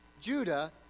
Judah